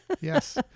Yes